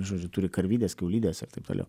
žodžiu turi karvides kiaulides ir taip toliau